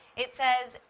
it says,